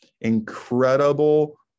Incredible